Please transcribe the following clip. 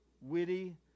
witty